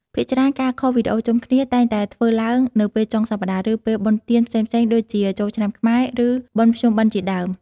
ភាគច្រើនការខលវីដេអូជុំគ្នាតែងតែធ្វើឡើងនៅពេលចុងសប្ដាហ៍ ឬពេលបុណ្យទានផ្សេងៗដូចជាចូលឆ្នាំខ្មែរ ឬបុណ្យភ្ជុំបិណ្ឌជាដើម។